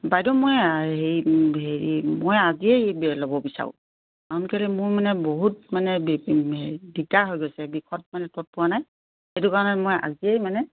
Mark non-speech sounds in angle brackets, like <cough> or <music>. বাইদেউ মই হেৰি হেৰি মই আজিয়েই ল'ব <unintelligible> বিচাৰোঁ কাৰণ কেলে মোৰ মানে বহুত মানে <unintelligible> হেৰি দিগদাৰ হৈ গৈছে বিষত মানে ত'ত পোৱা নাই সেইটো কাৰণে মই আজিয়েই মানে